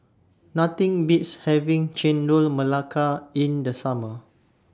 Nothing Beats having Chendol Melaka in The Summer